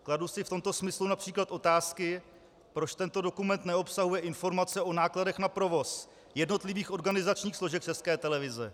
Kladu si v tomto smyslu např. otázky, proč tento dokument neobsahuje informace o nákladech na provoz jednotlivých organizačních složek České televize.